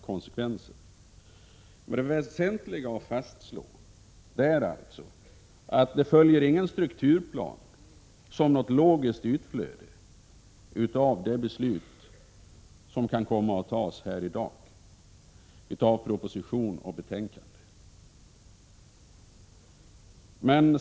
Mest väsentligt att fastslå är att någon strukturplan inte följer som ett logiskt utflöde av det beslut som kan komma att fattas här i dag på grundval av proposition och betänkande.